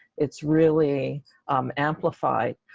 it's really um amplified.